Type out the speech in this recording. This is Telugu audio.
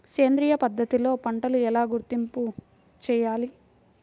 సేంద్రియ పద్ధతిలో పంటలు ఎలా గుర్తింపు చేయాలి?